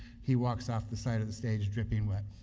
he walks up the side of the stage dipping wet.